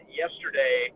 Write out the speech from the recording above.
yesterday